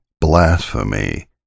blasphemy